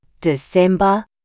December